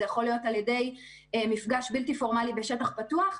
זה יכול להיות על ידי מפגש בלתי פורמאלי בשטח פתוח,